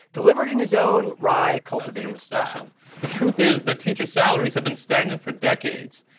delivered in his own wry, cultivated style the truth is that teachers' salaries have been stagnant for decades.